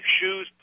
Shoes